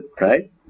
right